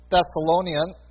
Thessalonians